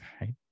right